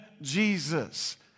Jesus